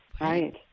right